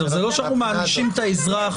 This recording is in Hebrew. זה לא שאנחנו מענישים את האזרח.